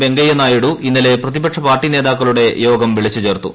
വെങ്കയ്യനായിഡു ഇന്നലെ പ്രതിപക്ഷ പാർട്ടി നേതാക്കളുടെ യോഗം വിളിച്ചു ചേർത്തു